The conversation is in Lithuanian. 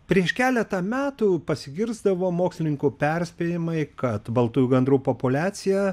prieš keletą metų pasigirsdavo mokslininkų perspėjimai kad baltųjų gandrų populiacija